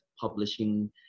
publishing